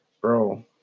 bro